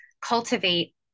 cultivate